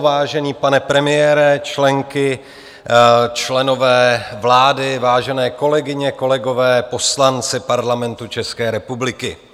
Vážený pane premiére, členky, členové vlády, vážené kolegyně, kolegové, poslanci Parlamentu České republiky.